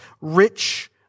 rich